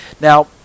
Now